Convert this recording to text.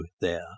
there